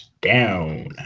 down